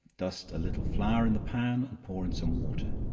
dust a little flour in the pan, and pour in some water,